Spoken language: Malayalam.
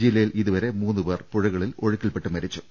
ജില്ലയിൽ ഇതു വരെ മൂന്നു പേർ പുഴകളിൽ ഒഴുക്കിൽപ്പെട്ട് മരിച്ചു